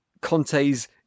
Conte's